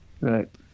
Right